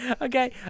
Okay